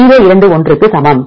021 க்கு சமம்